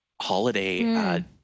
holiday